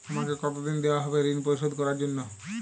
আমাকে কতদিন দেওয়া হবে ৠণ পরিশোধ করার জন্য?